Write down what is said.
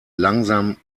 langsam